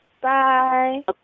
Bye